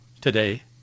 today